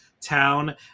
town